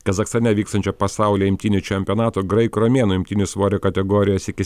kazachstane vykstančio pasaulio imtynių čempionato graikų romėnų imtynių svorio kategorijos iki